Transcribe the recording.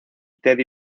teddy